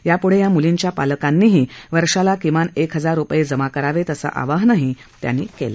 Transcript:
याप्ढे या म्लींच्या पालकांनीही वर्षाला किमान एक हजार रूपये जमा करावेत असं आवाहनही त्यांनी केलं